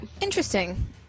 Interesting